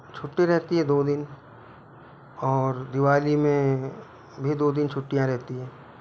छुट्टी रहती है दो दिन और दिवाली में भी दो दिन छुट्टियाँ रहती हैं